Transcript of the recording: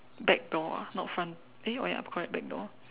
back door ah not front eh oh ya correct back door